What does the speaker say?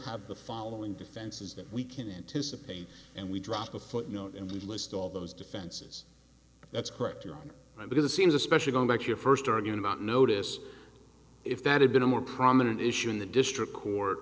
have the following defenses that we can anticipate and we drop a footnote in the list of all those defenses that's correct your honor and because it seems especially going back to your first arguing about notice if that had been a more prominent issue in the distro court